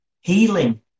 healing